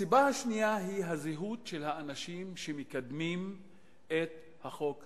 הסיבה השנייה היא הזהות של האנשים שמקדמים את החוק הזה.